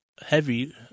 Heavy